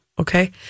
okay